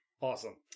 Awesome